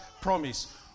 promise